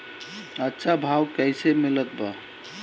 अच्छा भाव कैसे मिलत बा?